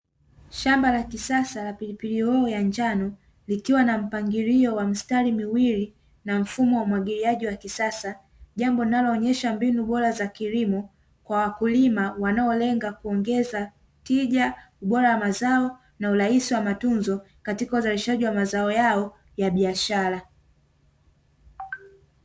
Shamba la kisasa la pilipili hoho ya njano likiwa na mpangilio wa mistari miwili na mfumo wa umwagiliaji wa kisasa, jambo linalo onyesha mbinu bora za kilimo kwa wakulima wanaolenga kuongeza tija, ubora wa mazao na urahisi wa matunzo, katika uzalishaji wa mazao yao ya biashara.